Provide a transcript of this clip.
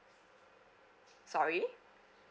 sorry